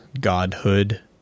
godhood